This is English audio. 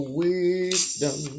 wisdom